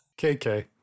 KK